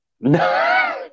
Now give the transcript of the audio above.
No